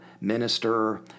minister